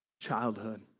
childhood